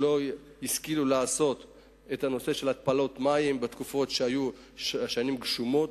שלא השכילו לקדם את הנושא של התפלת מים כשהיו שנים גשומות.